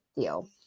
deal